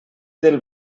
del